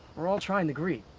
we're all trying to grieve.